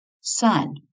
Son